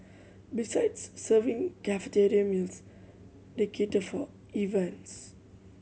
besides serving cafeteria meals they cater for events